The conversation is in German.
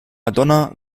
madonna